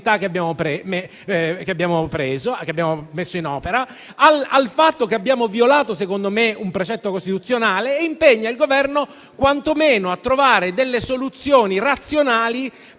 che abbiamo messo in opera, al fatto che abbiamo violato, a mio avviso, un principio costituzionale e impegna il Governo quantomeno a trovare delle soluzioni razionali